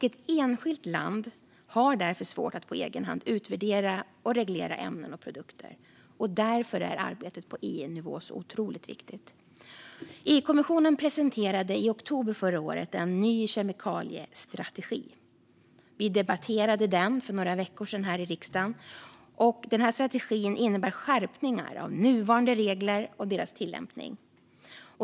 Ett enskilt land har därför svårt att på egen hand utvärdera och reglera ämnen och produkter, och därför är arbetet på EU-nivå så otroligt viktigt. EU-kommissionen presenterade i oktober förra året en ny kemikaliestrategi. Vi debatterade den här i riksdagen för några veckor sedan. Denna strategi innebär skärpningar av nuvarande regler och deras tillämpning.